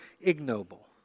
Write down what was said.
ignoble